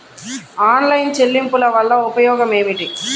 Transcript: Online చెల్లింపుల వల్ల ఉపయోగమేమిటీ?